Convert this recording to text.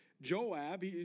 Joab